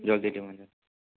ଜଲ୍ଦି ଟିକେ ପହଞ୍ଚାଅ